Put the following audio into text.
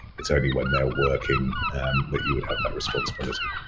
it's only when they're working that you would have that responsibility.